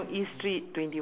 she took